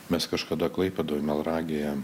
mes kažkada klaipėdoj melnragėje